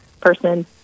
person